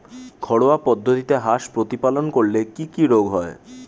ঘরোয়া পদ্ধতিতে হাঁস প্রতিপালন করলে কি কি রোগ হয়?